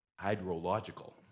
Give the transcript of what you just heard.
Hydrological